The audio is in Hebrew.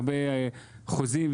הרבה חוזים.